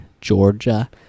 Georgia